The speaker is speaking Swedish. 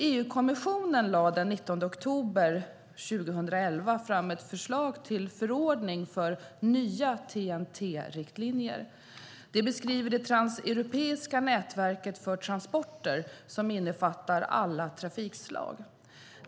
EU-kommissionen lade den 19 oktober 2011 fram ett förslag till förordning för nya TEN-T-riktlinjer. Det beskriver det transeuropeiska nätverket för transporter som innefattar alla trafikslag.